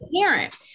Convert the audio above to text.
parent